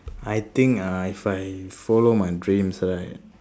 I think uh if I follow my dreams right